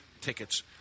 tickets